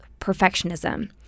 perfectionism